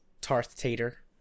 Tarth-Tater